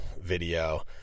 video